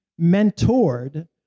mentored